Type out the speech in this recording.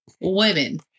Women